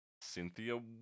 Cynthia